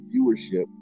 viewership